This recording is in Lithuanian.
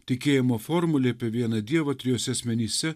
tikėjimo formulė apie vieną dievą trijuose asmenyse